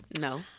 No